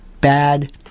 bad